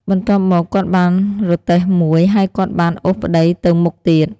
បន្ទាប់មក គាត់បានរទេះមួយ ហើយគាត់បានអូសប្តីទៅមុខទៀត។